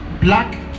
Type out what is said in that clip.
black